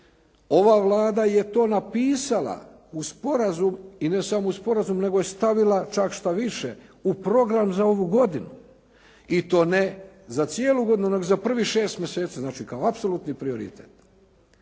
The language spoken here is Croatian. Ova Vlada je to napisala u sporazum i ne samo u sporazum, nego je stavila čak što više u program za ovu godinu. I to ne za cijelu godinu, nego za prvih 6 mjeseci. Znači, kao apsolutni prioritet.